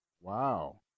wow